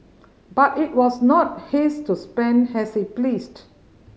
but it was not his to spend as he pleased